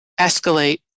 escalate